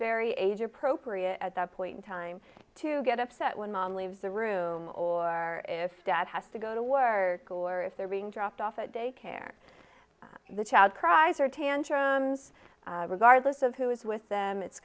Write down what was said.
very age appropriate at that point in time to get upset when mom leaves the room or if dad has to go to war or go or if they're being dropped off at daycare the child cries or tantrums regardless of who is with them it's